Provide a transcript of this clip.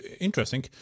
interesting